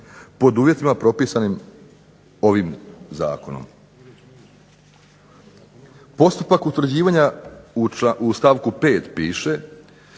pod uvjetima propisanim ovim zakonom. Postupak utvrđivanja u stavku 5. piše